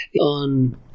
on